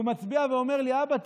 הוא מצביע ואומר לי: אבא,